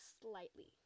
slightly